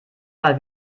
mal